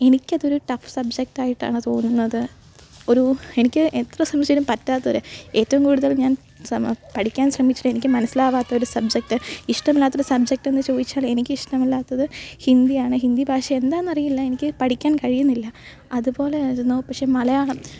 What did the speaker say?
എനിക്കതൊരു ടഫ് സബ്ജക്റ്റായിട്ടാണ് തോന്നുന്നത് ഒരു എനിക്ക് എത്ര ശ്രമിച്ചാലും പറ്റാത്തൊരു ഏറ്റവും കൂടുതൽ ഞാന് സമ പഠിക്കാന് ശ്രമിച്ചിട്ട് എനിക്ക് മനസ്സിലാവാത്തൊരു സബ്ജക്റ്റ് ഇഷ്ടമില്ലാത്തൊരു സബ്ജക്റ്റെന്ന് ചോദിച്ചാല് എനിക്കിഷ്ടമല്ലാത്തത് ഹിന്ദിയാണ് ഹിന്ദി ഭാഷ എന്താന്നറിയില്ല എനിക്ക് പഠിക്കാന് കഴിയുന്നില്ല അതുപോലെ ആയിരുന്നു പക്ഷേ മലയാളം